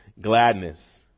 Gladness